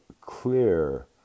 clear